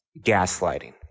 Gaslighting